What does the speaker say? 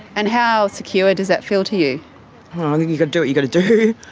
and how secure does that feel to you? you gotta do what you gotta do.